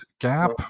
gap